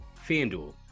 Fanduel